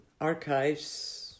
archives